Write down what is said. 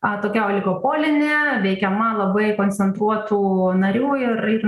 a tokia oligopolinė veikiama labai koncentruotų narių ir